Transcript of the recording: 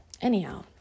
anyhow